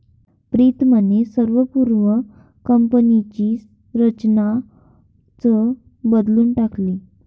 प्रीतमने संपूर्ण कंपनीची रचनाच बदलून टाकली